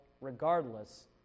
regardless